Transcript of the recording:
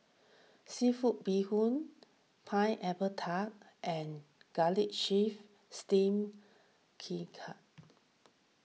Seafood Bee Hoon Pineapple Tart and Garlic Chives Steamed